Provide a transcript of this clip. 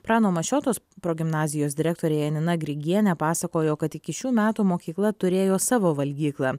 prano mašioto progimnazijos direktorė janina grigienė pasakojo kad iki šių metų mokykla turėjo savo valgyklą